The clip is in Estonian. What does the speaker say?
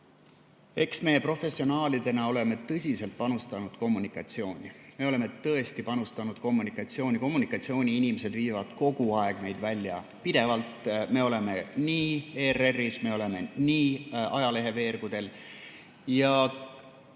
Eks meie professionaalidena oleme tõsiselt panustanud kommunikatsiooni. Me oleme tõesti panustanud kommunikatsiooni. Kommunikatsiooniinimesed viivad kogu aeg neid sõnumeid välja, pidevalt! Me oleme sõna võtnud ERR-is, samuti ajaleheveergudel.